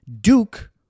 Duke